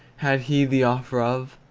had he the offer of